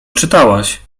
czytałaś